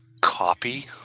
copy